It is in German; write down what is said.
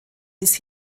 bis